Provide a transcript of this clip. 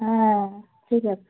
হ্যাঁ ঠিক আছে